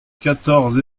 quatorze